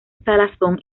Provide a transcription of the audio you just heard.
salazón